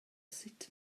sut